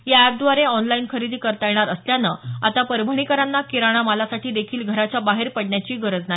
या ऍपद्वारे ऑनलाईन खरेदी करता येत असल्यानं आता परभणीकरांना किराणा मालासाठी देखील घराच्या बाहेर पडण्याची गरज नाही